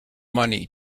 money